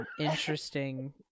interesting